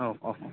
औ अ